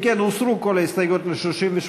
אם כן, הוסרו כל ההסתייגויות ל-38.